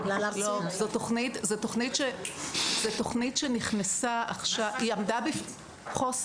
זו תוכנית שנכנסה עכשיו היא תכנית חוסן.